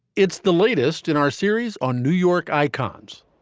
it's the latest in our series on new york icons.